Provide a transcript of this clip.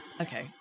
Okay